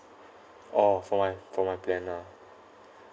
oh for my for my plan lah